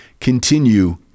continue